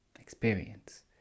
experience